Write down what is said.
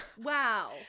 Wow